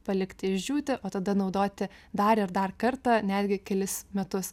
palikti išdžiūti o tada naudoti dar ir dar kartą netgi kelis metus